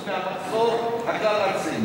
מהמחסור הכלל-ארצי.